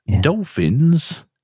Dolphins